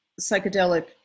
psychedelic